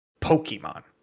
Pokemon